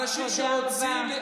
תודה רבה.